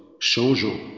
Changeante